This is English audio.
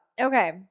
Okay